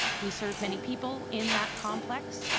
we serve many people in that complex.